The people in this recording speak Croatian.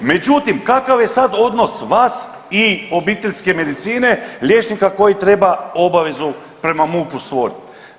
Međutim, kakav je sad odnos vas i obiteljske medicine liječnika koji treba obavezu prema MUP-u svodit.